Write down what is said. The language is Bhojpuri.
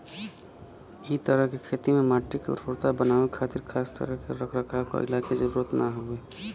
इ तरह के खेती में माटी के उर्वरता बनावे खातिर खास तरह के रख रखाव कईला के जरुरत ना हवे